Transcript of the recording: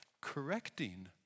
correcting